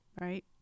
Right